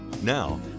Now